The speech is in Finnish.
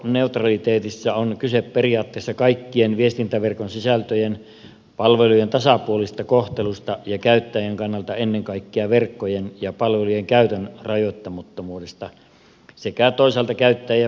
verkkoneutraliteetissa on kyse periaatteessa kaikkien viestintäverkon sisältöjen ja palvelujen tasapuolisesta kohtelusta ja käyttäjän kannalta ennen kaikkea verkkojen ja palvelujen käytön rajoittamattomuudesta sekä toisaalta käyttäjien valinnanvapaudesta